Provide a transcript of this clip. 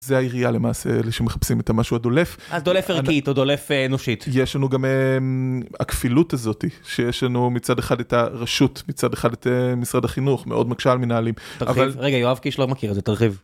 זה העירייה, למעשה, אלה שמחפשים את המשהו הדולף. הדולף ערכית או דולף אנושית. יש לנו גם הכפילות הזאת, שיש לנו מצד אחד את הרשות, מצד אחד את משרד החינוך, מאוד מקשה על מנהלים. תרחיב, רגע, יואב קיש לא מכיר את זה, תרחיב.